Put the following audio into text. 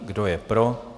Kdo je pro?